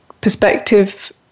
perspective